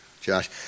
Josh